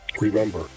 remember